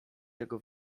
jego